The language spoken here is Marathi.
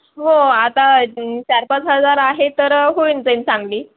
हो आता चार पाच हजार आहे तर होऊन जाईन चांगली